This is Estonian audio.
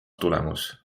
tulemus